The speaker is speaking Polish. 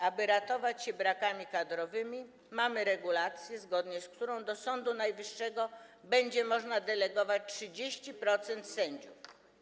Aby ratować się przed brakami kadrowymi, mamy regulację, zgodnie z którą do Sądu Najwyższego będzie można delegować 30% sędziów.